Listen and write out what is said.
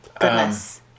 goodness